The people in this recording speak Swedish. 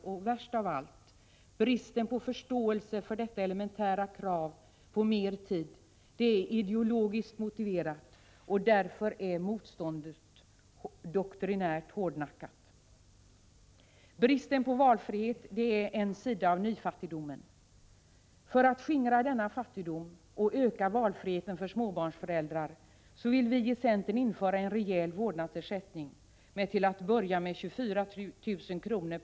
Och värst av allt: Bristen på förståelse för detta elementära krav på mer tid för barnen är ideologiskt motiverad, och därför är motståndet doktrinärt hårdnackat. Bristen på valfrihet är en sida av nyfattigdomen. För att skingra denna fattigdom och öka valfriheten för småbarnsföräldrar vill vi i centern införa en rejäl vårdnadsersättning med till att börja med 24 000 kr.